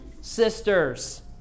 sisters